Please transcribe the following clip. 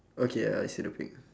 okay uh I see the pig